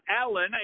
Alan